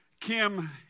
Kim